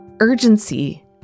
Urgency